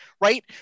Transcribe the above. right